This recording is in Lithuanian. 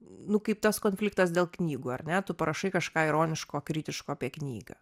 nu kaip tas konfliktas dėl knygų ar ne tu parašai kažką ironiško kritiško apie knygą